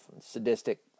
sadistic